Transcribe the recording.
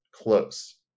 close